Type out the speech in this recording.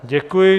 Děkuji.